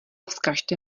vzkažte